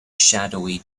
shadowy